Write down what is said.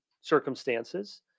circumstances